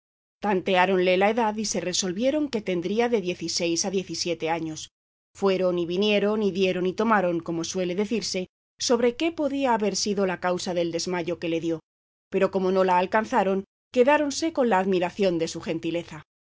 visto tanteáronle la edad y se resolvieron que tendría de diez y seis a diez y siete años fueron y vinieron y dieron y tomaron como suele decirse sobre qué podía haber sido la causa del desmayo que le dio pero como no la alcanzaron quedáronse con la admiración de su gentileza